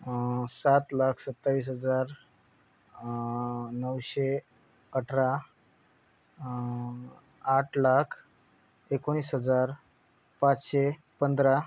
सात लाख सत्तावीस हजार नऊशे अठरा आठ लाख एकोणीस हजार पाचशे पंधरा